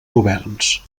governs